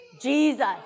Jesus